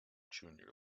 junior